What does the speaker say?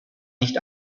nicht